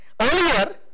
Earlier